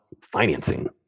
financing